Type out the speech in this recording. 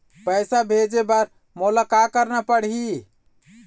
पैसा भेजे बर मोला का करना पड़ही?